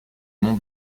mont